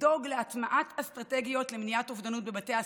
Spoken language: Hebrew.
לדאוג להטמעת אסטרטגיות למניעת אובדנות בבתי הספר,